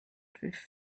drift